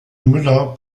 müller